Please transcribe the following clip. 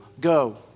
go